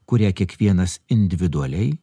kurią kiekvienas individualiai